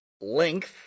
length